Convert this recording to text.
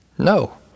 No